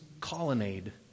colonnade